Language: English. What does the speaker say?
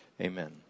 amen